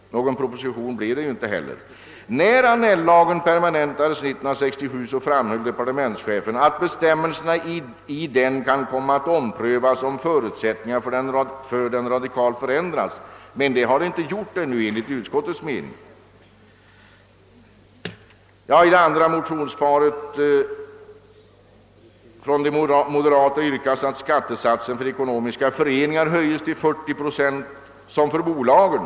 Någon proposition kom ju heller inte till stånd. När Annell-lagen permanentades 1967 framhöll departementschefen att dess bestämmelser kan komma att omprövas om förutsättningarna för lagen radikalt förändras. Så har enligt utskottets mening ännu inte skett. I det andra motionsparet — 1:682 och II: 815 — från de moderata yrkas att skattesatsen för ekonomiska föreningar höjs till 40 procent och blir densamma som för bolagen.